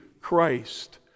Christ